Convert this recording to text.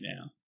now